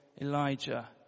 Elijah